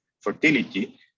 fertility